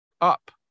up